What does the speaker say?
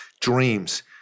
dreams